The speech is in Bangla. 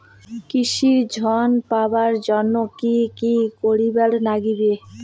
কৃষি ঋণ পাবার জন্যে কি কি করির নাগিবে?